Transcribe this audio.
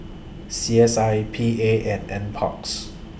C S I P A and N Parks